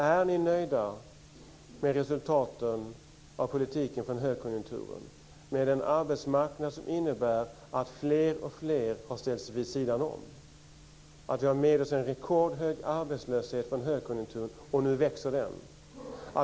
Är ni nöjda med resultaten av politiken från högkonjunkturen, med en arbetsmarknad som innebär att fler och fler har ställts vid sidan om? Vi har från högkonjunkturen med oss en rekordhög arbetslöshet, och nu växer den.